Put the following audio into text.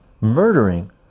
murdering